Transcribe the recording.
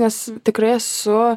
nes tikrai esu